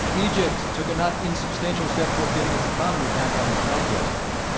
egypt took a not-insubstantial step toward getting its economy back on track yesterday.